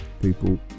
people